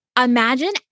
imagine